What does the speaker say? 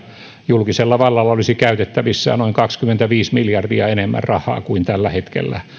julkisella vallalla olisi käytettävissään noin kaksikymmentäviisi miljardia enemmän rahaa kuin tällä hetkellä